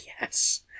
yes